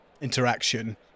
interaction